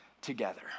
together